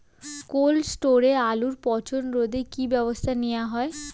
Cold স্টোরে আলুর পচন রোধে কি ব্যবস্থা নেওয়া হয়?